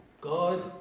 God